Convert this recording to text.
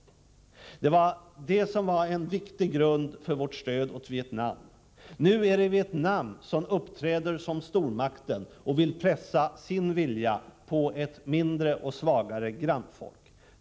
Detta var en viktig grund för vårt stöd åt Vietnam. Nu är det Vietnam som uppträder som stormakt och som vill pressa sin vilja på ett mindre och svagare grannfolk.